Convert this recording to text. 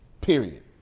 Period